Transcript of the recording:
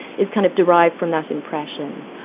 is kind of derived from that impression.